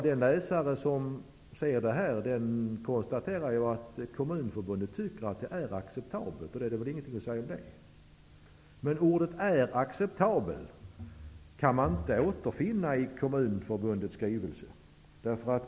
Den person som läser detta konstaterar att Kommunförbundet tycker att det är acceptabelt, och i så fall finns det ingenting att säga om det. Ordet ''acceptabelt'' kan man emellertid inte återfinna i Kommunförbundets skrivelse.